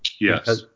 Yes